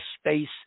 space